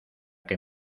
que